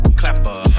clapper